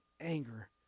anger